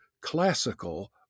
classical